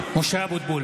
(קורא בשמות חברי הכנסת) משה אבוטבול,